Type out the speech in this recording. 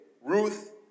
Ruth